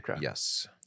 Yes